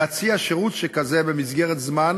להציע שירות שכזה במסגרת זמן